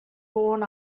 born